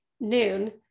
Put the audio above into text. noon